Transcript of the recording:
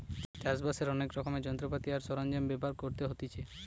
চাষ বাসের অনেক রকমের যন্ত্রপাতি আর সরঞ্জাম ব্যবহার করতে হতিছে